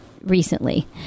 recently